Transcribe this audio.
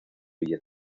villa